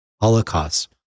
holocaust